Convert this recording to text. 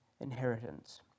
inheritance